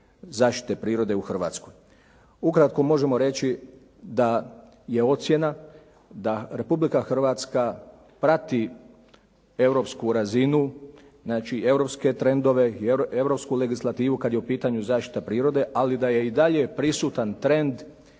zaštite prirode u Hrvatskoj. Ukratko možemo reći da je ocjena da je Republika Hrvatska prati europsku razinu, europske trendove i europsku legislativu kada je u pitanju riječ zaštita prirode, ali i da je dalje prisutan trend